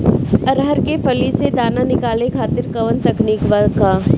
अरहर के फली से दाना निकाले खातिर कवन तकनीक बा का?